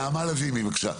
נעמה לזימי, בבקשה.